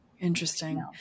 Interesting